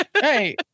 hey